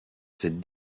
cette